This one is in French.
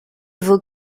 vos